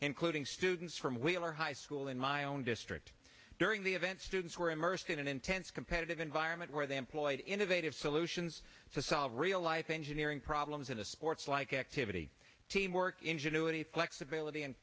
quoting students from wheeler high school in my own district during the event students were immersed in an intense competitive environment where they employed innovative solutions to solve real life engineering problems in a sports like activity teamwork ingenuity flexibility